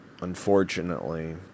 Unfortunately